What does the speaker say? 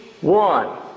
one